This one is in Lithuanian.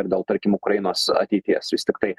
ir dėl tarkim ukrainos ateities vis tiktai